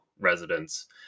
residents